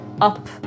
up